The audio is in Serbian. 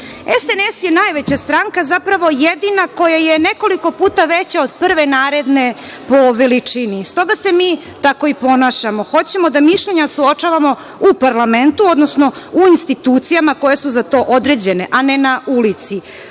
je najveća stranka, zapravo jedina koja je nekoliko puta veća od prve naredne po veličini. S toga se mi tako i ponašamo. Hoćemo da mišljenja suočavamo u parlamentu, odnosno u institucijama koje su za to određene, a ne na ulici.